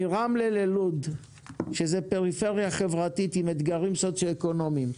מרמלה ללוד שזאת פריפריה חברתית עם אתגרים סוציו אקונומיים,